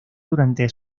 durante